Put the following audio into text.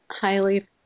Highly